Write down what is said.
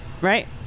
right